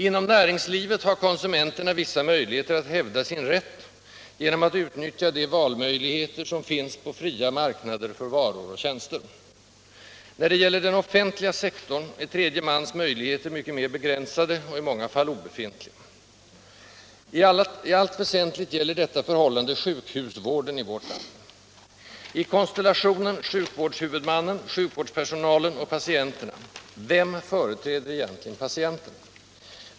Inom näringslivet har konsumenterna vissa möjligheter att hävda sin rätt: genom att utnyttja de valmöjligheter som finns på fria marknader för varor och tjänster. När det gäller den offentliga sektorn är tredje mans möjligheter mycket mer begränsade och i många fall obefintliga. I allt väsentligt gäller detta förhållande sjukhusvården i vårt land. I konstellationen sjukvårdshuvudmannen -— sjukvårdspersonalen — patienterna: vem företräder där egentligen patienterna?